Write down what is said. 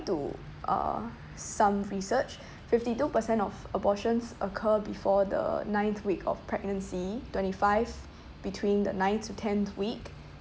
to uh some research fifty two percent of abortions occur before the ninth week of pregnancy twenty five between the ninth to tenth week